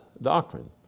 doctrine